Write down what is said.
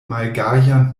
malgajan